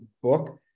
book